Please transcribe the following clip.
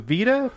Vita